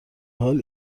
حال